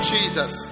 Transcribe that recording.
Jesus